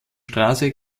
straße